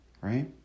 right